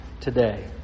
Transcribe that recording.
today